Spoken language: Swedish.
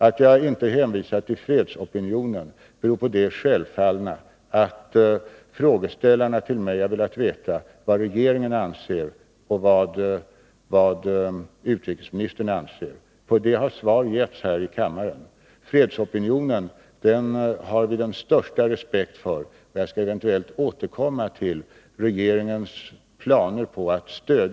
Att jag inte hänvisade till fredsopinionen berodde på det självfallna att frågeställarna har velat veta vad